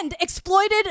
exploited